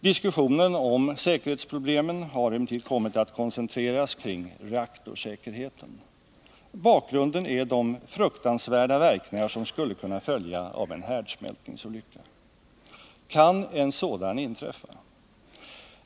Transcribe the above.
Diskussionen om säkerhetsproblemen har emellertid kommit att koncentreras kring reaktorsäkerheten. Bakgrunden är de fruktansvärda verkningar som skulle kunna följa av en härdsmältningsolycka. Kan en sådan inträffa?